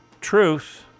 truth